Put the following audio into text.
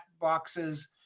boxes